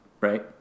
right